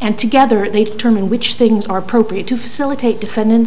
and together they determine which things are appropriate to facilitate defendant